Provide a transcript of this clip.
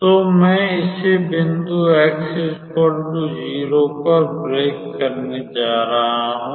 तो मैं इसे बिंदु x 0 पर ब्रेक करने जा रहा हूं